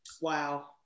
Wow